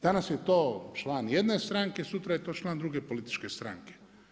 Danas je to član jedne stranke, sutra je to član druge političke stranke.